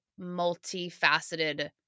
multifaceted